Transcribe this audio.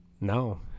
No